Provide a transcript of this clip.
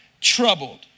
troubled